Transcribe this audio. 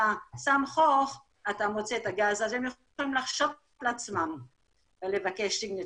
הם יכולים להרשות לעצמם לבקש את זה,